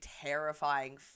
terrifying